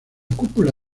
cúpula